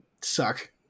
suck